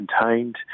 contained